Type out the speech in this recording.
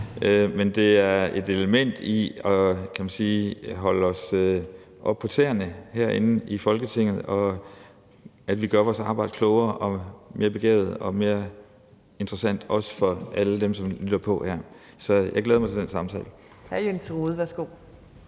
men det er et element i at holde os oppe på tæerne herinde i Folketinget og i, at vi gør vores arbejde klogere og mere begavet og mere interessant, også for dem, der lytter med. Kl. 17:01 Tredje